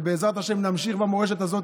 ובעזרת השם נמשיך במורשת הזאת.